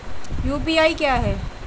UPI क्या है?